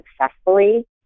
successfully